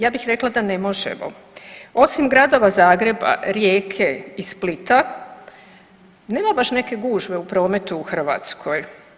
Ja bih rekla da ne možemo, osim gradova Zagreba, Rijeke i Splita, nema baš neke gužve u prometu u Hrvatskoj.